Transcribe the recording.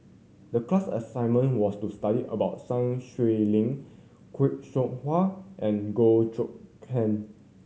the class assignment was to study about Sun Xueling Khoo Seow Hwa and Goh Choon Kang